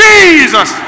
Jesus